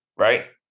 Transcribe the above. Right